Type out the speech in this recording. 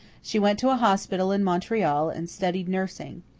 she went to a hospital in montreal and studied nursing.